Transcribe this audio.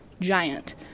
giant